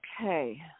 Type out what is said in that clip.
Okay